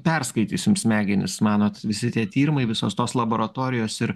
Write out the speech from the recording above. perskaitysim smegenis manot visi tie tyrimai visos tos laboratorijos ir